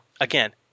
again